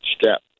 step